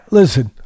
listen